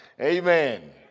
amen